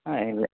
ఆ